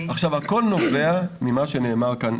הכל נובע ממה שנאמר כאן,